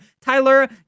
Tyler